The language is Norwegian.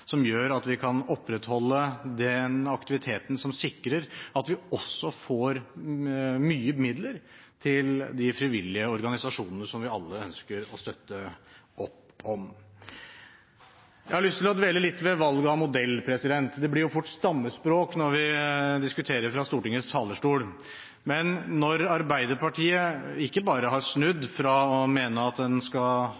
som gjør at vi kan opprettholde den aktiviteten som sikrer at vi også får mye midler til de frivillige organisasjonene som vi alle ønsker å støtte opp om. Jeg har lyst til å dvele litt ved valget av modell. Det blir fort stammespråk når vi diskuterer fra Stortingets talerstol. Men når Arbeiderpartiet har snudd